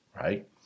right